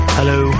hello